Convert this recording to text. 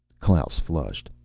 klaus flushed.